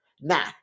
now